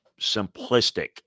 simplistic